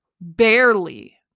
barely